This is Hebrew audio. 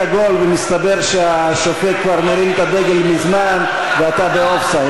גול ומסתבר שהשופט כבר הרים את הדגל מזמן ואתה ב"אופסייד".